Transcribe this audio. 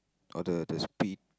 or the the speed